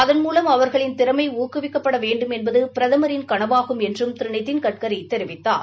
அதன்மூலம் அவர்களின் திறமை ஊக்குவிக்கப்பட வேண்டும் என்பது பிரதமின் கனவாகும் என்றும் திரு நிதின்கட்கரி தெரிவித்தார்